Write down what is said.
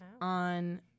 on